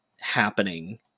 happening